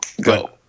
Go